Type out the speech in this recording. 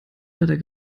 leider